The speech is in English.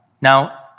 Now